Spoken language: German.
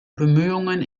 bemühungen